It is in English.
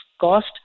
cost